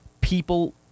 people